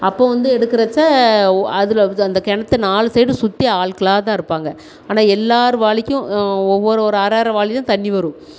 அப்போது வந்து எடுக்குறச்ச ஒ அதில் அது அந்த கிணத்து நாலு சைடும் சுற்றி ஆளுக்களாக தான் இருப்பாங்க ஆனால் எல்லார் வாளிக்கும் ஒவ்வொரு ஒரு அரை அரை வாளி தான் தண்ணி வரும்